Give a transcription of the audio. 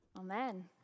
Amen